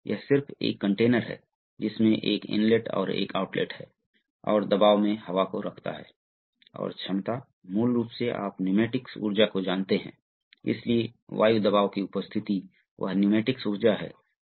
तो आप वास्तव में अपना नियंत्रण इनपुट यहां देते हैं इसलिए यदि आप इसे स्थानांतरित करते हैं आप इसे इस तरह से धक्का देते हैं तो यह पोर्ट खुल जाएगा और यह पोर्ट खुल जाएगा इसलिए जब यह नीचे जाएगा तो सिलेंडर नीचे जाएगा